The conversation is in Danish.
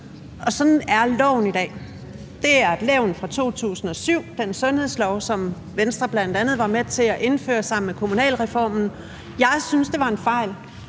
Sådan er loven i dag. Det er et levn fra 2007 med den sundhedslov, som Venstre bl.a. var med til at indføre sammen med kommunalreformen. Jeg synes, det var en fejl.